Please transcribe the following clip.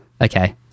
Okay